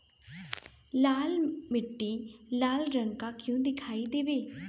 लाल मीट्टी लाल रंग का क्यो दीखाई देबे?